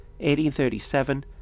1837